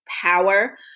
power